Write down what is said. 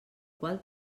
qual